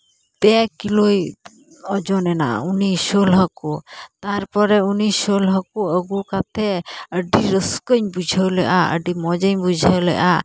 ᱯᱮ ᱠᱤᱞᱳᱭ ᱳᱡᱚᱱᱮᱱᱟ ᱩᱱᱤ ᱥᱳᱞ ᱦᱟᱹᱠᱩ ᱛᱟᱨᱯᱚᱨᱮ ᱩᱱᱤ ᱥᱳᱞ ᱦᱟᱹᱠᱩ ᱟᱹᱜᱩ ᱠᱟᱛᱮ ᱟᱹᱰᱤ ᱨᱟᱹᱥᱠᱟᱹᱧ ᱵᱩᱡᱷᱟᱹᱣ ᱞᱮᱜᱼᱟ ᱟᱹᱰᱤ ᱢᱚᱡᱤᱧ ᱵᱩᱡᱷᱟᱹᱣ ᱞᱮᱜᱼᱟ